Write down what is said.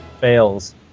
fails